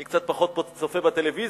אני קצת פחות צופה בטלוויזיה,